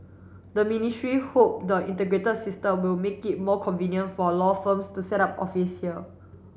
the ministry hope the integrated system will make it more convenient for law firms to set up office here